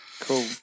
Cool